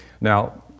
Now